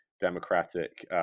Democratic